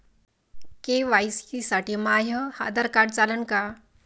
KYC साठी माह्य Aadhaar card चालन का?